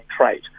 trait